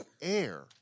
air